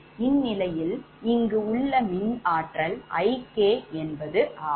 இந்நிலையில் இங்கு உள்ள மின் ஆற்றல் IK1 என்பது ஆகும்